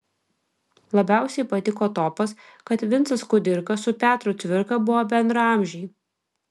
labiausiai patiko topas kad vincas kudirka su petru cvirka buvo bendraamžiai